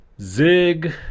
Zig